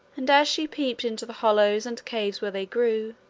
and as she peeped into the hollows and caves where they grew,